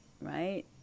right